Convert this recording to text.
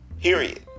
Period